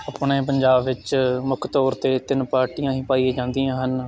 ਆਪਣੇ ਪੰਜਾਬ ਵਿੱਚ ਮੁੱਖ ਤੌਰ 'ਤੇ ਤਿੰਨ ਪਾਰਟੀਆਂ ਹੀ ਪਾਈਆਂ ਜਾਂਦੀਆਂ ਹਨ